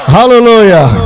Hallelujah